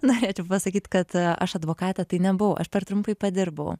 norėčiau pasakyt kad aš advokatė tai nebuvau aš per trumpai padirbau